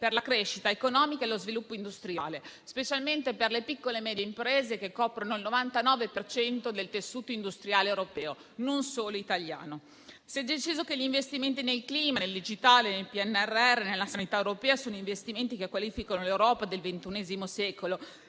per la crescita economica e lo sviluppo industriale, specialmente per le piccole e medie imprese, che coprono il 99 per cento del tessuto industriale europeo, non solo italiano. Si è deciso che gli investimenti nel clima, nel digitale, nel PNRR e nella sanità europea qualificano l'Europa del XXI secolo